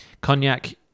Cognac